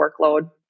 workload